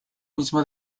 mismo